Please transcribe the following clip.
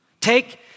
Take